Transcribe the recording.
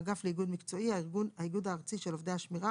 האגף לאיגוד מקצועי האיגוד הארצי של עובדי השמירה